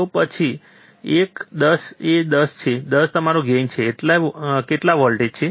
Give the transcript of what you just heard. તો એક પછી 10 એ 10 છે 10 તમારો ગેઇન છે કેટલા વોલ્ટેજ છે